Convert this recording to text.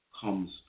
comes